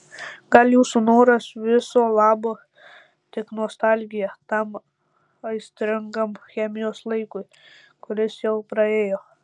gal jūsų noras viso labo tik nostalgija tam aistringam chemijos laikui kuris jau praėjo